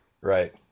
Right